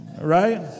right